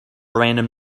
random